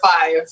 five